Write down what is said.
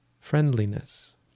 Friendliness